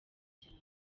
cyane